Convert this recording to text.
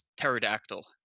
Pterodactyl